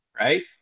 right